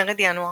מרד ינואר,